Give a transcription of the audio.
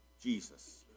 Jesus